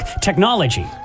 technology